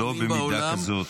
לא במידה כזאת.